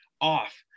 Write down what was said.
off